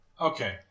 Okay